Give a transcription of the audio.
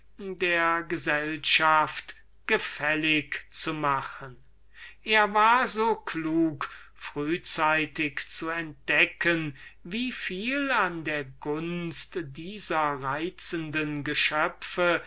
der gesellschaft gefällig zu machen er war so klug frühzeitig zu entdecken wie viel an der gunst dieser reizenden geschöpfe